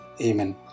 Amen